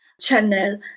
channel